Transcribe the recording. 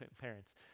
parents